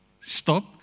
stop